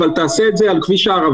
אבל תעשה את זה על כביש הערבה,